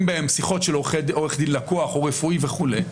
בהם שיחות של עורך דין-לקוח או רפואי וכו',